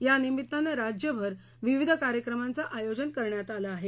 यानिमित्तानं राज्यभर विविध कार्यक्रमांचं आयोजन करण्यात आलं आहे